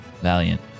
valiant